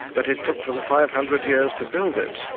but it took them five hundred years to build it.